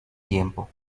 tiempo